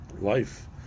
Life